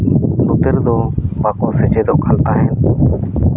ᱱᱚᱛᱮ ᱨᱮᱫᱚ ᱵᱟᱠᱚ ᱥᱮᱪᱮᱫᱚᱜ ᱠᱟᱱ ᱛᱟᱦᱮᱸᱫ